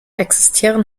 existieren